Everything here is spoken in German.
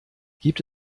gibt